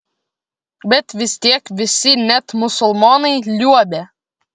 bet vis tiek visi net musulmonai liuobė